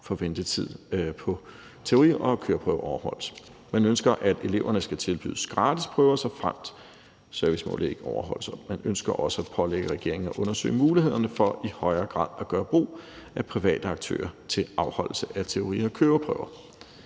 for ventetid på teori- og køreprøve overholdes. Man ønsker, at eleverne skal tilbydes gratis prøver, såfremt servicemålet ikke overholdes, og man ønsker også at pålægge regeringen at undersøge mulighederne for i højere grad at gøre brug af private aktører til afholdelse af teori- og køreprøver.